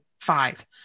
five